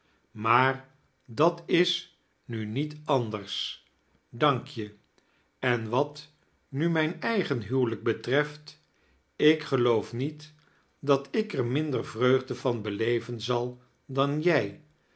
maai dat is nu niet anders dank je en wat nu mijn eigen huwelijk betreft ik geloof niet dat ik er minder vreugde van be le ven zal dan jij